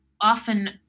often